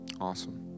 Awesome